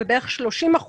בערך 30%,